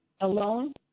alone